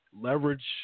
leverage